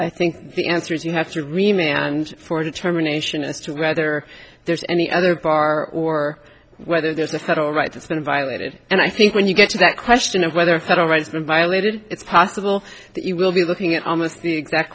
i think the answer is you have to remain and for determination as to whether there's any other bar or whether there's a federal right that's been violated and i think when you get to that question of whether federal rights been violated it's possible that you will be looking at almost the exact